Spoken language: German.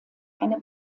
eine